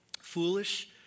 Foolish